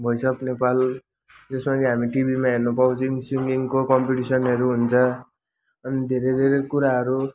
voice of Nepal जसमा कि हामी टिभीमा हेर्न पाउँछौँ सिङ्गिङको कम्पिटिसनहरू हुन्छ अनि धेरै धेरै कुराहरू